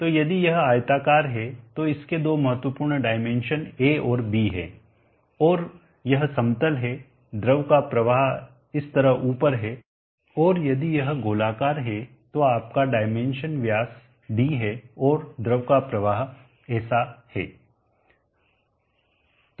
तो यदि यह आयताकार है तो इसके दो महत्वपूर्ण डाइमेंशन A और B हैं और यह समतल है द्रव का प्रवाह इस तरह ऊपर है और यदि यह गोलाकार है तो आपका डाइमेंशन व्यास d है और द्रव का प्रवाह ऐसा है